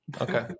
Okay